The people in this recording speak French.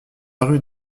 rue